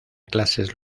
clases